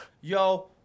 Yo